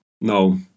No